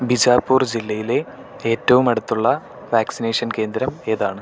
ബിജാപൂർ ജില്ലയിലെ ഏറ്റവുമടുത്തുള്ള വാക്സിനേഷൻ കേന്ദ്രം ഏതാണ്